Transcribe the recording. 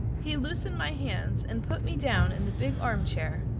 he loosened my hands, and put me down in the big armchair.